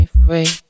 free